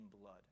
blood